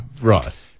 Right